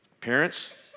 Parents